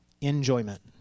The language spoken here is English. Enjoyment